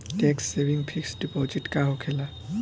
Tax saving fix deposit का होखे ला?